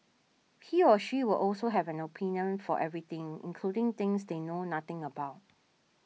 he or she will also have an opinion for everything including things they know nothing about